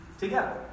together